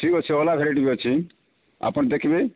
ଠିକ ଅଛି ଅଲଗା ଭେରାଇଟି ବି ଅଛି ଆପଣ ଦେଖିବେ